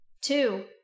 Two